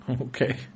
Okay